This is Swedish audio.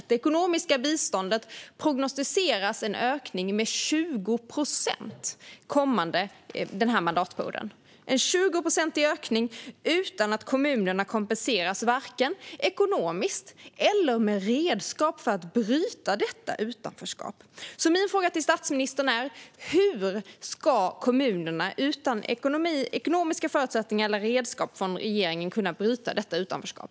För det ekonomiska biståndet prognostiseras en ökning med 20 procent denna mandatperiod - en 20procentig ökning utan att kommunerna kompenseras vare sig ekonomiskt eller med redskap för att bryta detta utanförskap. Min fråga till statsministern är: Hur ska kommunerna, utan ekonomiska förutsättningar eller redskap från regeringen, kunna bryta detta utanförskap?